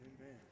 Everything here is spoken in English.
Amen